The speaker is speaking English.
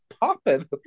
popping